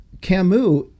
Camus